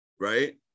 right